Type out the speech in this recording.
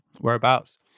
Whereabouts